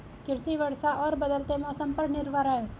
कृषि वर्षा और बदलते मौसम पर निर्भर है